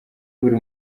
buri